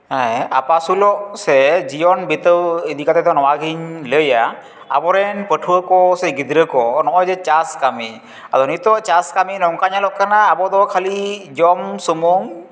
ᱦᱮᱸ ᱟᱯᱟᱥᱩᱞᱚᱜ ᱥᱮ ᱡᱤᱭᱚᱱ ᱵᱤᱛᱟᱹᱣ ᱤᱫᱤ ᱠᱟᱛᱮᱫ ᱫᱚ ᱱᱚᱣᱟᱜᱤᱧ ᱞᱟᱹᱭᱟ ᱟᱵᱚᱨᱮᱱ ᱯᱟᱹᱴᱷᱩᱣᱟᱹ ᱠᱚ ᱥᱮ ᱜᱤᱫᱽᱨᱟᱹ ᱠᱚ ᱱᱚᱜᱼᱚᱭ ᱡᱮ ᱪᱟᱥ ᱠᱟᱹᱢᱤ ᱱᱤᱛᱚᱜ ᱪᱟᱥ ᱠᱟᱹᱢᱤ ᱱᱚᱝᱠᱟ ᱧᱮᱞᱚᱜ ᱠᱟᱱᱟ ᱟᱵᱚ ᱫᱚ ᱠᱷᱟᱹᱞᱤ ᱡᱚᱢ ᱥᱩᱢᱩᱝ